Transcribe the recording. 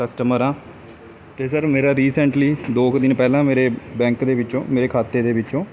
customer ਹਾਂ ਅਤੇ sir ਮੇਰਾ ਰੀਸੈਂਟਲੀ ਦੋ ਕੁ ਦਿਨ ਪਹਿਲਾਂ ਮੇਰੇ ਬੈਂਕ ਦੇ ਵਿੱਚੋਂ ਮੇਰੇ ਖਾਤੇ ਦੇ ਵਿੱਚੋਂ